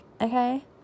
okay